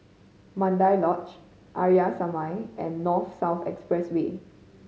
Mandai Lodge Arya Samaj and North South Expressway